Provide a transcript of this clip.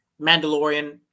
Mandalorian